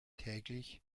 täglich